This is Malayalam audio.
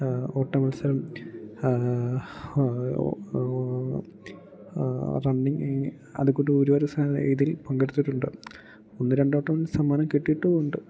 ഓട്ടമത്സരം റണ്ണിങ്ങ് അതുകൂട്ട് ഓരോരോ സാധനം ഇതിൽ പങ്കെടുത്തിട്ടുണ്ട് ഒന്ന് രണ്ട് വട്ടം സമ്മാനം കിട്ടീട്ടും ഉണ്ട്